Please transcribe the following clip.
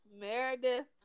Meredith